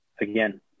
again